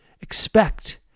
Expect